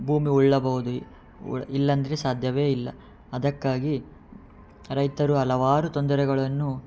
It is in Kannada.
ಭೂಮಿ ಉಳ್ಳಬೌದು ಉಳ್ ಇಲ್ಲ ಅಂದರೆ ಸಾಧ್ಯವೇ ಇಲ್ಲ ಅದಕ್ಕಾಗಿ ರೈತರು ಹಲವಾರು ತೊಂದರೆಗಳನ್ನು